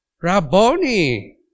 Rabboni